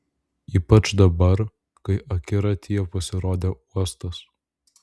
ypač dabar kai akiratyje pasirodė uostas